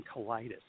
colitis